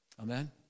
Amen